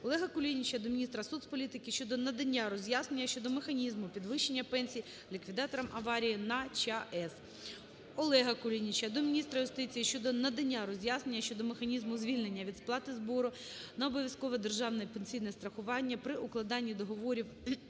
ОлегаКулініча до міністра соцполітики щодо надання роз'яснення щодо механізму підвищення пенсій ліквідаторам аварії на ЧАЕС. ОлегаКулініча до міністра юстиції щодо надання роз'яснення щодо механізму звільнення від сплати збору на обов'язкове державне пенсійне страхування при укладенні договорів